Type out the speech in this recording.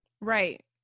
Right